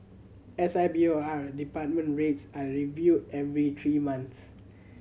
S I B O R department rates are reviewed every three months